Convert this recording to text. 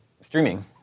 streaming